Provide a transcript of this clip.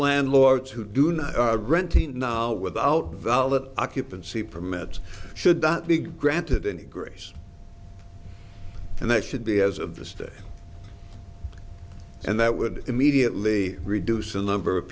landlords who do not are renting now without valid occupancy permits should not be granted any grace and there should be as a vista and that would immediately reduce the number of